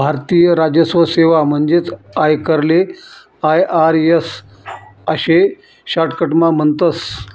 भारतीय राजस्व सेवा म्हणजेच आयकरले आय.आर.एस आशे शाटकटमा म्हणतस